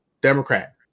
Democrat